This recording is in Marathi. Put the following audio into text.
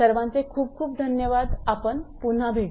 सर्वांचे खूप खूप धन्यवाद आपण पुन्हा भेटू